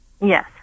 Yes